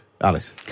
Alice